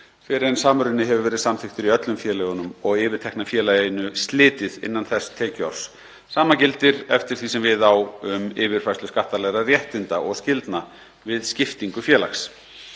fyrr en samruni hefur verið samþykktur í öllum félögunum og yfirtekna félaginu slitið innan þess tekjuárs. Sama gildir eftir því sem við á um yfirfærslu skattalegra réttinda og skyldna við skiptingu félags.